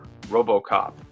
RoboCop